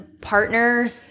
partner